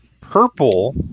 purple